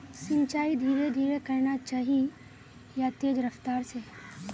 सिंचाई धीरे धीरे करना चही या तेज रफ्तार से?